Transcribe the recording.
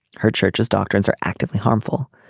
her church's doctrines are actively harmful.